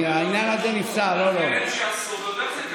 העניין הזה נפתר, ועוד איך זה קשור.